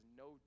no